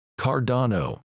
Cardano